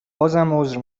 عذر